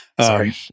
Sorry